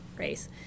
race